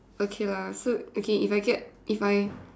okay lah so okay if I get if I